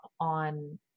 on